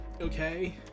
Okay